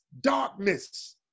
darkness